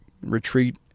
retreat